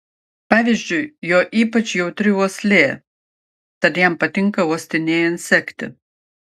pavyzdžiui jo ypač jautri uoslė tad jam patinka uostinėjant sekti